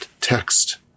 text